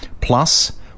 Plus